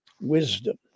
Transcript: Wisdom